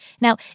Now